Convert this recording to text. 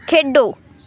ਖੇਡੋ